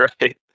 Right